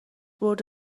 برد